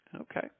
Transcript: Okay